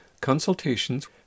consultations